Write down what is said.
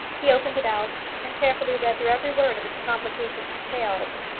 he opened it out, and carefully read through every word of its complicated details.